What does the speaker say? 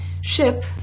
ship